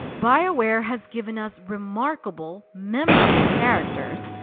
bioware has given us remarkable, memorable characters,